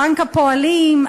בנק הפועלים",